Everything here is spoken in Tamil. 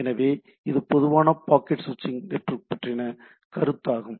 எனவே இது பொதுவான பாக்கெட் சுவிட்சிங் நெட்வொர்க் பற்றின கருத்தாகும்